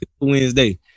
Wednesday